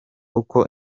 uko